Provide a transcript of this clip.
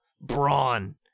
brawn